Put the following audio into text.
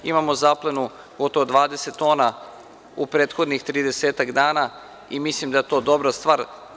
Imamo zaplenu od 20 tona u prethodnih 30 dana i mislim da je to dobra stvar.